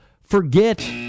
forget